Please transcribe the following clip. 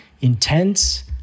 intense